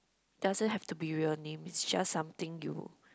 doesn't have to be real names it's just something you